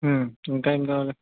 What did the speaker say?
ఇంకా ఏమి కావాలి